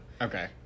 Okay